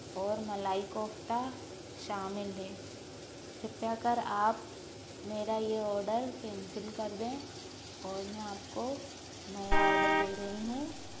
और मलाई कोफ्ता शामिल है कृपया कर आप मेरा ये ऑडर कैंसिल कर दें और मैं आपको नया ऑडर दे रही हूँ